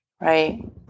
right